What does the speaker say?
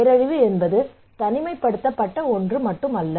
பேரழிவு என்பது தனிமைப்படுத்தப்பட்ட ஒன்றல்ல